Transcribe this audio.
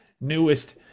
newest